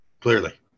clearly